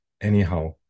anyhow